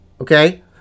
okay